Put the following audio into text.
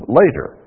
later